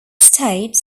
states